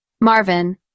Marvin